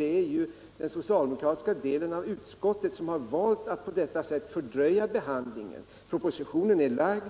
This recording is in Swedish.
Det är den socialdemokratiska delen av utskottet som valt att på detta sätt fördröja behandlingen av den framlagda proposi tionen.